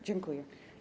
Dziękuję.